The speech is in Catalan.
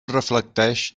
reflecteix